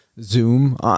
zoom